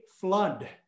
flood